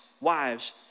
wives